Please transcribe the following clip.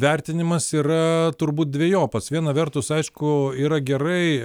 vertinimas yra turbūt dvejopas viena vertus aišku yra gerai